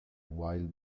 wild